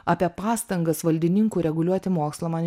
apie pastangas valdininkų reguliuoti mokslą man